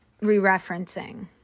re-referencing